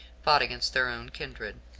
fought against their own kindred.